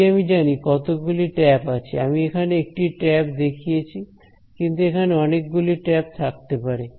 যদি আমি জানি কতগুলি ট্যাপ আছে আমি এখানে একটি ট্যাপ দেখিয়েছি কিন্তু এখানে অনেকগুলি ট্যাপ থাকতে পারে